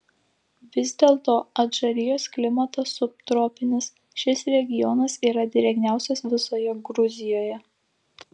vis dėlto adžarijos klimatas subtropinis šis regionas yra drėgniausias visoje gruzijoje